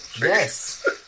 Yes